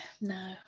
no